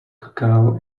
cacao